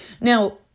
Now